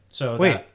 Wait